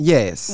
Yes